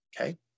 Okay